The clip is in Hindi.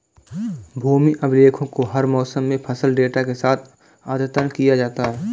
भूमि अभिलेखों को हर मौसम में फसल डेटा के साथ अद्यतन किया जाता है